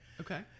Okay